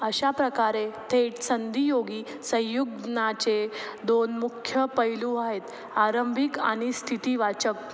अशाप्रकारे थेट संधियोगी संयुग्मनाचे दोन मुख्य पैलू आहेत आरंभिक आणि स्थितीवाचक